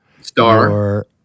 star